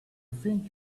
think